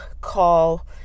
call